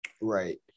right